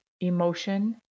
emotion